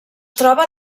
troba